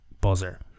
buzzer